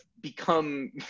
become